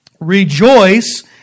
rejoice